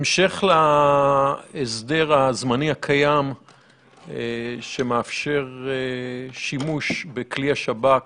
בהמשך להסדר הזמני הקיים שמאפשר שימוש בכלי השב"כ